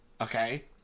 okay